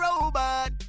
robot